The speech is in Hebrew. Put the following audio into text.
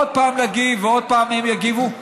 עוד פעם נגיב ועוד פעם הם יגיבו,